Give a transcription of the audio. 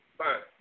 fine